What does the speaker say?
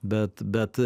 bet bet